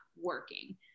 working